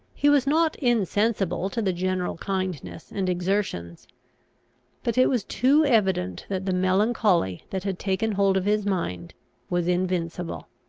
he was not insensible to the general kindness and exertions but it was too evident that the melancholy that had taken hold of his mind was invincible.